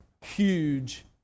huge